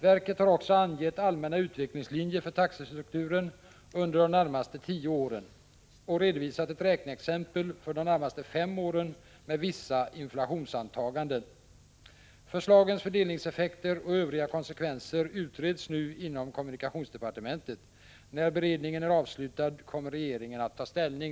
Verket har också angett allmänna utvecklingslinjer för taxestrukturen under de närmaste tio åren och redovisat ett räkneexempel för de närmaste fem åren med vissa inflationsantaganden. Förslagens fördelningseffekter och övriga konsekvenser utreds nu inom kommunikationsdepartementet. När beredningen är avslutad kommer regeringen att ta ställning.